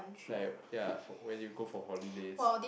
like ya f~ where do you go for holidays